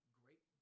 great